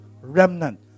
remnant